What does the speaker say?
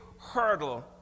hurdle